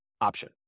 option